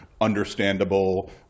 understandable